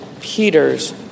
Peters